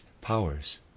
powers